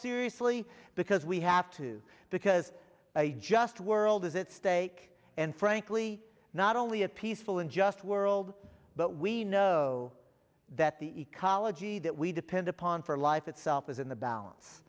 seriously because we have to because a just world is at stake and frankly not only a peaceful and just world but we know that the ecology that we depend upon for life itself is in the balance